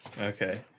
Okay